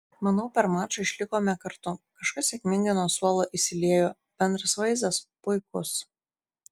manau per mačą išlikome kartu kažkas sėkmingai nuo suolo įsiliejo bendras vaizdas puikus